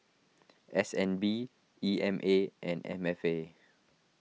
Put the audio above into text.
S N B E M A and M F A